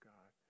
God